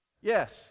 Yes